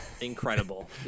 Incredible